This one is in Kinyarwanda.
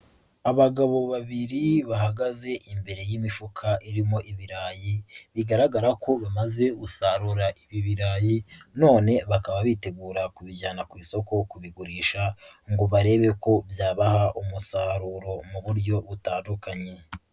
Abagabo babiri bahagaze imbere y'imifuka irimo ibirayi, bigaragara ko bamaze gusarura ibi birarayi, none bakaba bitegura kubijyana ku isoko kubigurisha, ngo barebe ko byabaha umusaruro mu buryo butandukanye.